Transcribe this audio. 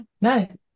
No